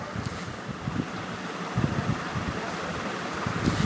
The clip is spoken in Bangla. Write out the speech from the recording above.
জৈব সার চাষের জন্যে জমিতে ব্যবহার করা হয়